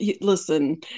Listen